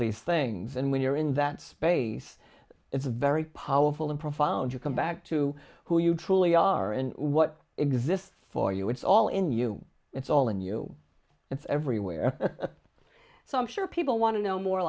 these things and when you're in that space it's very powerful and profound you come back to who you truly are and what exists for you it's all in you it's all in you it's everywhere so i'm sure people want to know more